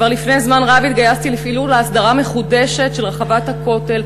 כבר לפני זמן רב התגייסתי לפעילות להסדרה מחודשת של רחבת הכותל,